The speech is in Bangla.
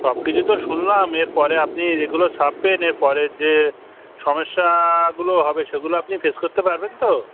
সব কিছুই তো শুনলাম এর পরে আপনি এগুলো ছাপবেন এর পরের যে সমস্যাগুলো হবে সেগুলো আপনি ফেস করতে পারবেন তো